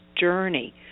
journey